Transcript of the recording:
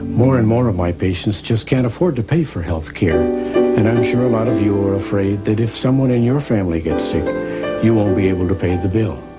more and more of my patients just can't afford to pay for health care and i'm sure a lot of you afraid that if someone in your family gets sick you won't be able to pay the bill.